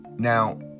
Now